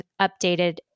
updated